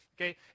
Okay